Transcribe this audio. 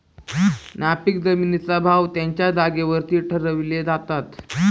नापीक जमिनींचे भाव त्यांच्या जागेवरती ठरवले जातात